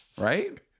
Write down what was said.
Right